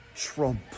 Trump